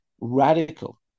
radical